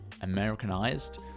Americanized